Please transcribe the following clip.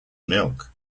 milk